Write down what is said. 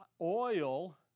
oil